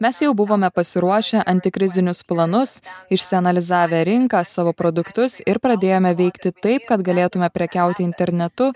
mes jau buvome pasiruošę antikrizinius planus išsianalizavę rinką savo produktus ir pradėjome veikti taip kad galėtume prekiauti internetu